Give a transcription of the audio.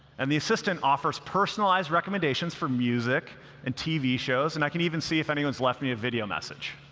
and the assistant offers personalized recommendations for music and tv shows. and i can even see if anyone's left me a video message.